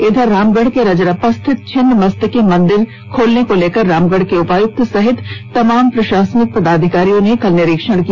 इधर रामगढ़ के रजरप्पा स्थित छिन्नमस्तिके मंदिर खोलने को लेकर रामगढ़ उपायुक्त सहित तमाम प्रशासनिक पदाधिकारियों ने कल निरीक्षण किया